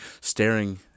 staring